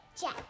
Jack